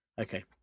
Okay